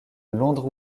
londres